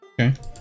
Okay